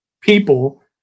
people